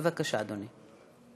בבקשה, אדוני.